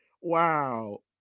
wow